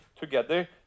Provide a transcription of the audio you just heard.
together